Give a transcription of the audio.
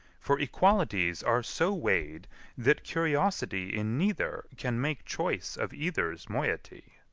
for equalities are so weighed that curiosity in neither can make choice of either's moiety.